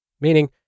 Meaning